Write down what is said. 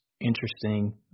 interesting